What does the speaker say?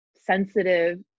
sensitive